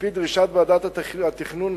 על-פי דרישת ועדת התכנון,